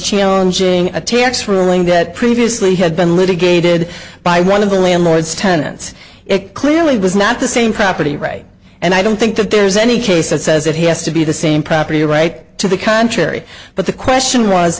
challenging a tax ruling that previously had been litigated by one of the landlords tenants it clearly was not the same property right and i don't think there's any case that says it has to be the same property right to the contrary but the question was